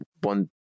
one